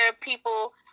people